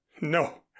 No